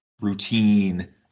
routine